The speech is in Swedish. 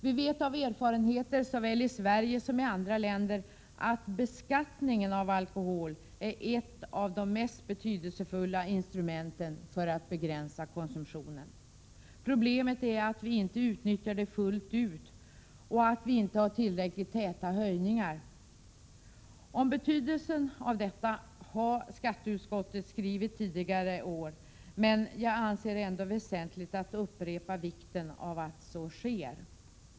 Vi vet av erfarenheter, såväl i Sverige som i andra länder, att beskattningen av alkohol är ett av de mest betydelsefulla instrumenten för att begränsa konsumtionen. Problemet är att vi inte utnyttjar det fullt ut och att vi inte har tillräckligt täta höjningar. Om betydelsen av detta har skatteutskottet skrivit tidigare år, men jag anser det ändå väsentligt att åter betona vikten av att så sker.